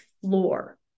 floor